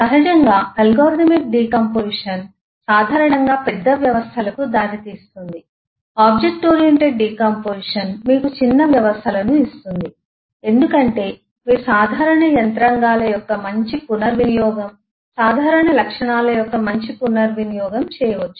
సహజంగా algorithmic decomposition సాధారణంగా పెద్ద వ్యవస్థలకు దారితీస్తుంది ఆబ్జెక్ట్ ఓరియెంటెడ్ డికాంపొజిషన్ మీకు చిన్న వ్యవస్థలను ఇస్తుంది ఎందుకంటే మీరు సాధారణ యంత్రాంగాల యొక్క మంచి పునర్వినియోగం సాధారణ లక్షణాల యొక్క మంచి పునర్వినియోగం చేయవచ్చు